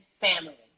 family